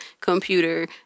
computer